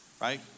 right